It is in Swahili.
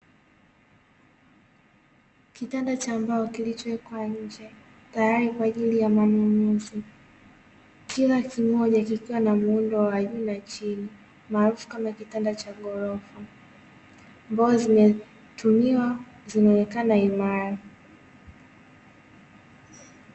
Kitanda cha mbao kilichowekwa nje tayari kwa ajili ya manunuzi, kila kimoja kikiwa na muundoo wa juu na chini maarafu kama kitanda cha ghorofa. Mbao zimetumiwa zimeonekana imara.